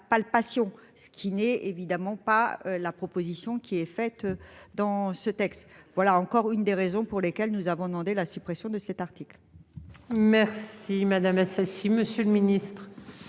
palpation, ce qui n'est évidemment pas la proposition qui est faite. Dans ce texte, voilà encore une des raisons pour lesquelles nous avons demandé la suppression de cet article. Merci madame Assassi Monsieur le Ministre.